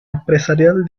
empresarial